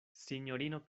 sinjorino